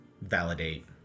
validate